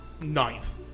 ninth